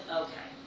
okay